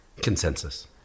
consensus